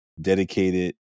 dedicated